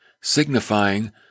signifying